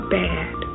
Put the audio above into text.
bad